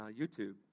YouTube